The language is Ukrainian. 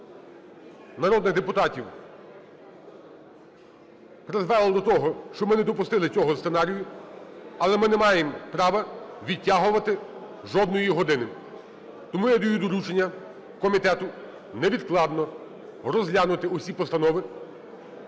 народних депутатів призвели до того, що ми не допустили цього сценарію. Але ми не маємо права відтягувати жодної години. Тому я даю доручення комітету невідкладно розглянути усі постанови